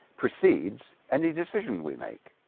proceeds any decision we make